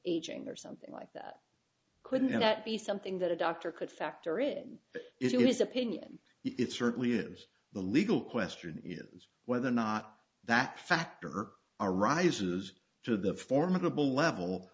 aging or something like that couldn't that be something that a doctor could factor in if you his opinion it certainly is the legal question is whether or not that factor are rises to the formidable level